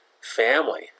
family